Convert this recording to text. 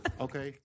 Okay